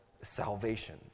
salvation